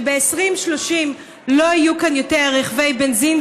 שב-2030 לא יהיו כאן יותר רכבי בנזין